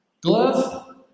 Glove